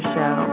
Show